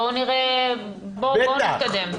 בואו נתקדם.